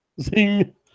Zing